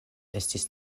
estis